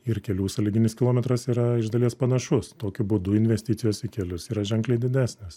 ir kelių sąlyginis kilometras yra iš dalies panašus tokiu būdu investicijos į kelius yra ženkliai didesnės